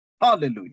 Hallelujah